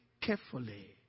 carefully